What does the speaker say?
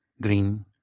green